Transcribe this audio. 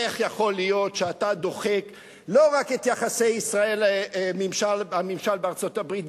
איך יכול להיות שאתה דוחק לא רק את יחסי ישראל והממשל בארצות-הברית,